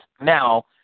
now